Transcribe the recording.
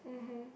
mmhmm